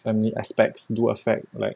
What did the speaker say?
family aspects do affect like